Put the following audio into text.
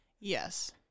Yes